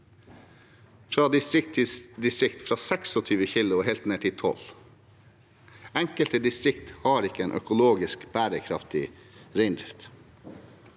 til distrikt, fra 26 kg og helt ned til 12 kg. Enkelte distrikter har ikke en økologisk bærekraftig reindrift.